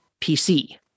PC